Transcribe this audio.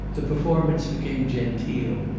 the performance became genteel,